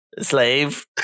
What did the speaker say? slave